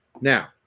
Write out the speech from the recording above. Now